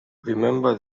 remember